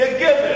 תהיה גבר.